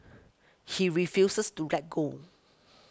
he refuses to let go